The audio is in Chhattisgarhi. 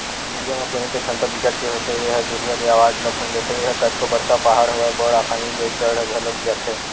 भेड़िया म सुने के छमता बिकट के होथे ए ह दुरिहा ले अवाज ल सुन लेथे, ए ह कतको बड़का पहाड़ होवय बड़ असानी ले चढ़ घलोक जाथे